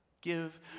give